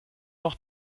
noch